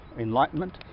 enlightenment